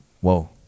whoa